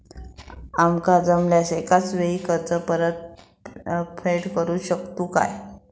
आमका जमल्यास एकाच वेळी कर्ज परत फेडू शकतू काय?